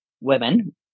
women